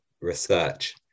research